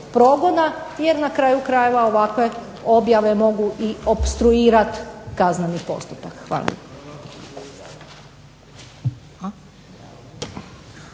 progona, jer na kraju krajeva ovakve objave mogu i opstruirati kazneni postupak. Hvala.